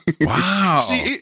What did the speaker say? wow